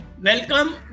welcome